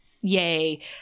yay